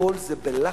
הכול זה בלחץ,